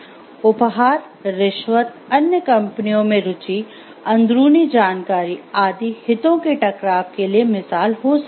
उपहार रिश्वत अन्य कंपनियों में रुचि "अंदरूनी जानकारी" आदि हितों के टकराव के लिए मिसाल हो सकती हैं